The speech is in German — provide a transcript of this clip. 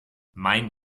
mein